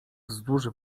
wzdłuż